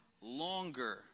longer